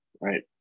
right